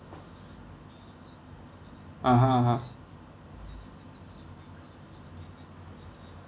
(uh huh)(uh huh)